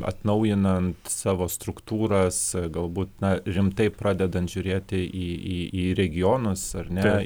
atnaujinant savo struktūras galbūt na rimtai pradedant žiūrėti į į į regionus ar ne